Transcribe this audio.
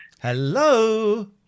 Hello